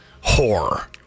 horror